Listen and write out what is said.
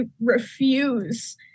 refuse